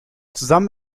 zusammen